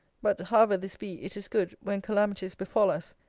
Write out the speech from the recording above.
but, however this be, it is good, when calamities befal us,